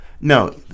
no